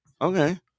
Okay